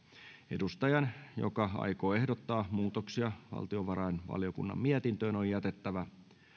edustajan joka aikoo ehdottaa muutoksia valtiovarainvaliokunnan mietintöön on jätettävä